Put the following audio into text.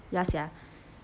ya sia